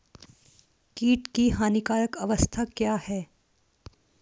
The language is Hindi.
कीट की हानिकारक अवस्था क्या है?